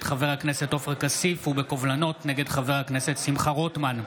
חבר הכנסת עופר כסיף ובקובלנות נגד חבר הכנסת שמחה רוטמן,